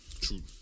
True